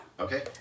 Okay